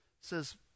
Says